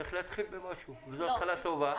שצריך להתחיל במשהו, וזו התחלה טובה.